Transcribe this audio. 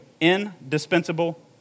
Indispensable